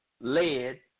lead